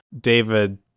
David